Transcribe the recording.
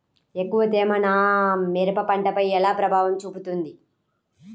ఎక్కువ తేమ నా మిరప పంటపై ఎలా ప్రభావం చూపుతుంది?